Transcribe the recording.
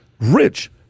rich